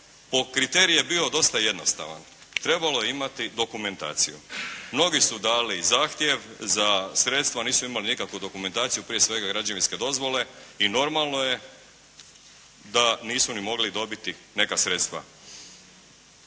Kriterij je bio dosta jednostavan, trebalo je imati dokumentaciju. Mnogi su dali i zahtjev za sredstva, a nisu imali nikakvu dokumentaciju, prije svega građevinske dozvole i normalno je da nisu ni mogli dobiti neka sredstva.